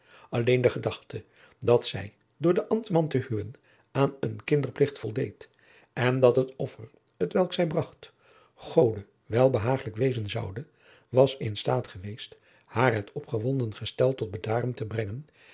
alleen de gedachte dat zij door den ambtman te huwen aan een kinderplicht voldeed en dat het offer t welk zij bracht gode welbehaaglijk wezen zoude was in staat geweest haar het opgewonden gestel tot bedaren te brengen